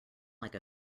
like